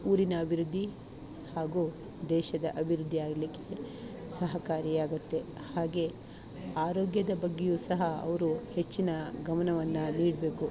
ಊರಿನ ಅಭಿವೃದ್ದಿ ಹಾಗೂ ದೇಶದ ಅಭಿವೃದ್ದಿ ಆಗಲಿಕ್ಕೆ ಸಹಕಾರಿಯಾಗುತ್ತೆ ಹಾಗೆ ಆರೋಗ್ಯದ ಬಗ್ಗೆಯೂ ಸಹ ಅವರು ಹೆಚ್ಚಿನ ಗಮನವನ್ನು ನೀಡಬೇಕು